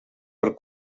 per